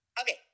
Okay